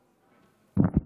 ערב אל-עראמשה ושייח' דנון.